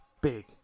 big